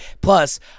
Plus